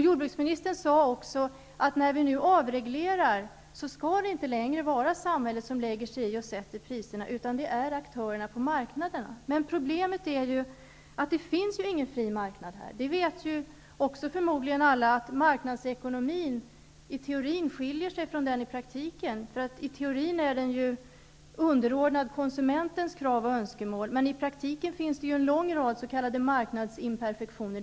Jordbruksministern sade också att när vi nu avreglerar skall det inte längre vara samhället som lägger sig i och sätter priserna utan det skall göras av aktörerna på marknaderna. Men problemet är ju att det finns ingen fri marknad här. Förmodligen vet alla att marknadsekonomin i teorin skiljer sig från den i praktiken. I teorin är den ju underordnad konsumentens krav och önskemål, men i praktiken finns det en lång rad s.k. marknadsinperfektioner.